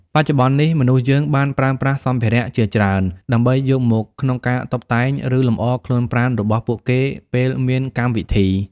បច្ចុប្បន្ននេះមនុស្សយើងបានប្រើប្រាស់សម្ភារៈជាច្រើនដើម្បីយកមកក្នុងការតុបតែងឬលំអរខ្លួនប្រាណរបស់ពួកគេពេលមានកម្មវិធី។